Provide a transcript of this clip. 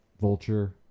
Vulture